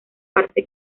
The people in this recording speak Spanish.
parte